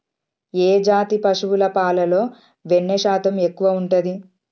ఏ జాతి పశువుల పాలలో వెన్నె శాతం ఎక్కువ ఉంటది?